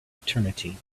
eternity